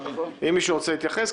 אם מישהו רוצה להתייחס,